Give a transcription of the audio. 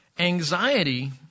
Anxiety